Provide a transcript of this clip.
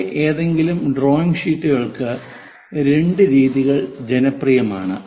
പൊതുവേ ഏതെങ്കിലും ഡ്രോയിംഗ് ഷീറ്റുകൾക്ക് രണ്ട് രീതികൾ ജനപ്രിയമാണ്